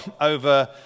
over